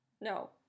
no